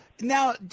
now